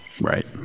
right